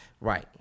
Right